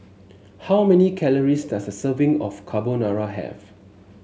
how many calories does a serving of Carbonara have